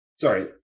sorry